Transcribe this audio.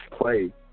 play